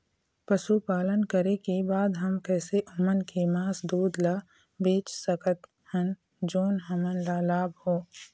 पशुपालन करें के बाद हम कैसे ओमन के मास, दूध ला बेच सकत हन जोन हमन ला लाभ हो?